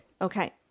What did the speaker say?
Okay